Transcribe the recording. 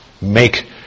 make